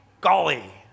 golly